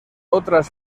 otras